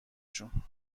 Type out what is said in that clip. شون